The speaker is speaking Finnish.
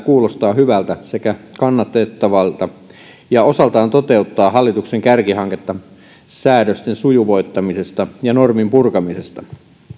kuulostaa sisällöltään hyvältä sekä kannatettavalta ja osaltaan toteuttaa hallituksen kärkihanketta säädösten sujuvoittamisesta ja normien purkamisesta